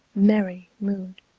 merry mood.